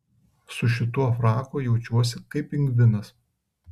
su šituo fraku jaučiuosi kaip pingvinas